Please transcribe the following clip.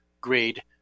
grade